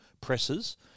presses